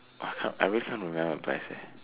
I can't I really can't remember the past eh